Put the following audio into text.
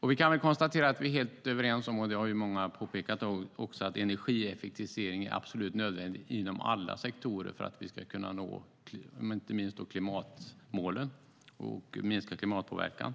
Vi kan konstatera - det har också många påpekat - att energieffektivisering är absolut nödvändigt inom alla sektorer för att vi ska kunna nå inte minst klimatmålen och minska klimatpåverkan.